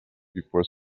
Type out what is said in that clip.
before